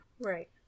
Right